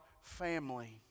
family